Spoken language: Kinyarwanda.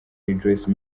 rejoice